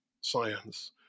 science